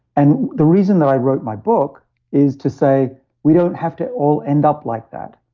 and the reason that i wrote my book is to say we don't have to all end up like that.